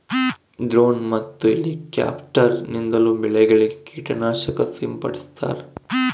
drone ಮತ್ತು helicopter ನಿಂದಲೂ ಬೆಳೆಗಳಿಗೆ ಕೀಟ ನಾಶಕ ಸಿಂಪಡಿಸ್ತಾರ